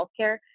healthcare